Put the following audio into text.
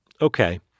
Okay